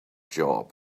job